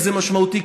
וזה משמעותי,